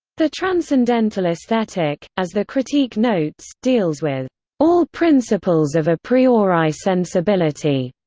the transcendental aesthetic, as the critique notes, deals with all principles of a priori sensibility.